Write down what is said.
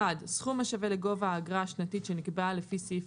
סכום השווה לגובה האגרה השנתית שנקבעה לפי סעיף